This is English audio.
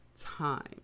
time